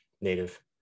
native